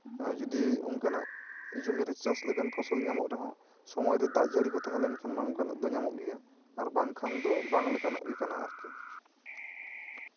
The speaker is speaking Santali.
ᱡᱚᱫᱤ ᱚᱱᱠᱟᱱᱟᱜ ᱡᱚᱢᱤᱨᱮ ᱪᱟᱥ ᱞᱮᱠᱟᱱ ᱯᱷᱚᱥᱚᱞ ᱧᱟᱢᱚᱜ ᱨᱮᱦᱚᱸ ᱥᱚᱢᱚᱭ ᱨᱮ ᱫᱟᱜ ᱡᱟᱹᱲᱤ ᱠᱚ ᱛᱟᱦᱮᱸ ᱞᱮᱱᱠᱷᱟᱱ ᱢᱟ ᱚᱱᱠᱟᱱᱟᱜ ᱫᱚ ᱧᱟᱢᱚᱜ ᱜᱮᱭᱟ ᱟᱨ ᱵᱟᱝᱠᱷᱟᱱ ᱫᱚ ᱵᱟᱝ ᱞᱮᱠᱟᱱᱟᱜ ᱜᱮ ᱠᱟᱱᱟ ᱟᱨᱠᱤ